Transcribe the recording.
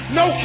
no